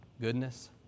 goodness